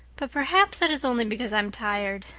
but perhaps that is only because i'm tired.